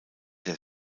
der